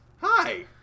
hi